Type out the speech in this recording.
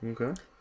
Okay